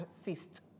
assist